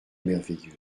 merveilleuse